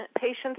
patients